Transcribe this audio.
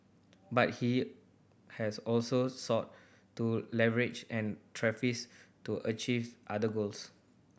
but he has also sought to leverage an tariffs to achieve other goals